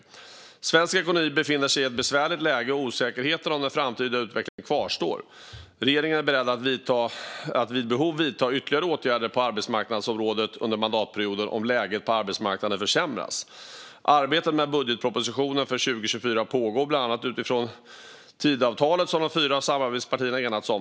Svensk ekonomi befinner sig i ett besvärligt läge, och osäkerheten om den framtida utvecklingen kvarstår. Regeringen är beredd att vid behov vidta ytterligare åtgärder på arbetsmarknadsområdet under mandatperioden om läget på arbetsmarknaden försämras. Arbetet med budgetpropositionen för 2024 pågår, bland annat utifrån Tidöavtalet som de fyra samarbetspartierna enats om.